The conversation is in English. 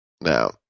Now